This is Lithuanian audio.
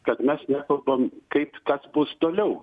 kad mes nekalbam kaip kas bus toliau